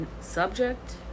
Subject